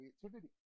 creativity